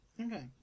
Okay